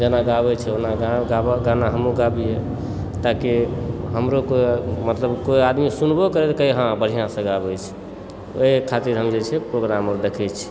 जेना गाबय छै ओना गाना हमहुँ गाबिए ताकि हमरो कोई मतलब कोई आदमी सुनबो करय तऽ कहय हँ बढ़िआँसँ गाबय छै ओहिके खातिर हम जे छै प्रोग्राम अर देखय छी